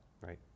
Right